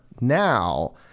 now